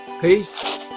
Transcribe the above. Peace